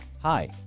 Hi